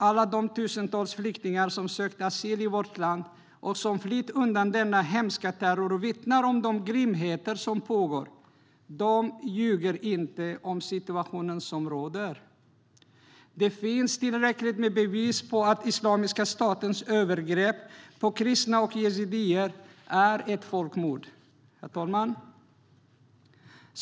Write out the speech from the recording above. Alla de tusentals flyktingar som sökt asyl i vårt land och som flytt undan denna hemska terror vittnar om de grymheter som pågår. De ljuger inte om den situation som råder. Det finns tillräckligt med bevis på att Islamiska statens övergrepp på kristna och yazidier är ett folkmord. Herr talman!